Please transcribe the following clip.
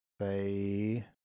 say